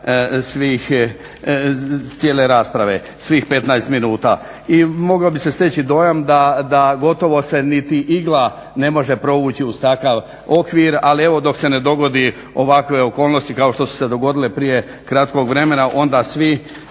trajanja cijele rasprave, svih 15 minuta i mogao bi se steći dojam da gotovo se niti igla ne može provući uz takav okvir, ali evo dok se ne dogodi ovakve okolnosti kao što su se dogodile prije kratkog vremena onda se